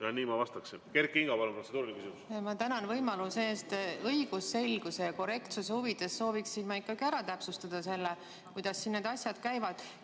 ... Nii ma vastaksin. Kert Kingo, palun, protseduuriline küsimus! Ma tänan võimaluse eest! Õigusselguse ja korrektsuse huvides sooviksin ma ikkagi ära täpsustada selle, kuidas siin need asjad käivad.